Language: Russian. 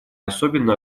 особенно